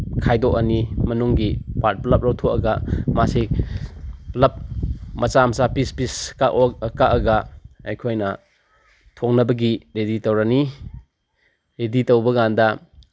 ꯈꯥꯏꯗꯣꯛꯑꯅꯤ ꯃꯅꯨꯡꯒꯤ ꯄꯥꯔꯠ ꯄꯨꯂꯞ ꯂꯧꯊꯣꯛꯑꯒ ꯃꯥꯁꯤ ꯄꯨꯂꯞ ꯃꯆꯥ ꯃꯆꯥ ꯄꯤꯁ ꯄꯤꯁ ꯀꯛꯑꯒ ꯑꯩꯈꯣꯏꯅ ꯊꯦꯡꯅꯕꯒꯤ ꯔꯦꯗꯤ ꯇꯧꯔꯅꯤ ꯔꯦꯗꯤ ꯇꯧꯕꯀꯥꯟꯗ